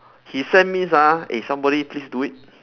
he send means ah eh somebody please do it